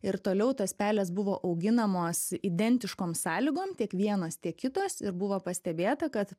ir toliau tos pelės buvo auginamos identiškom sąlygom tiek vienos tiek kitos ir buvo pastebėta kad